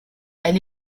elle